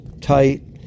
tight